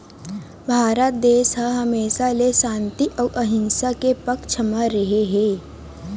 भारत देस ह हमेसा ले सांति अउ अहिंसा के पक्छ म रेहे हे